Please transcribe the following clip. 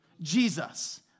Jesus